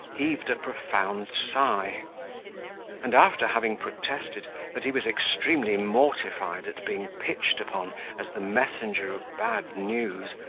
heaved a profound sigh and after having protested that he was extremely mortified at being pitched upon as the messenger of bad news,